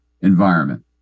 environment